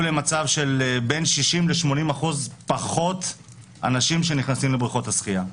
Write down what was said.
למצב של בין 60% ל-80% פחות אנשים שנכנסים לבריכות השחייה.